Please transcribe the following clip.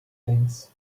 things